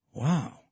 Wow